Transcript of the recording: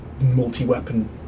multi-weapon